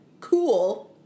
cool